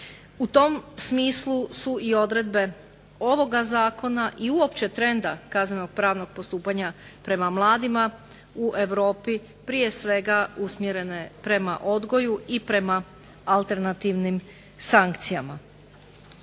U tom smislu su i odredbe ovoga Zakona i uopće trenda kazneno-pravnog postupanja prema mladima u Europi prije svega usmjerene prema odgoju i prema alternativnim sankcijama.